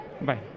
Bye